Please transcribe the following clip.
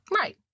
Right